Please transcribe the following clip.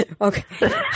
okay